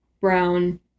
Brown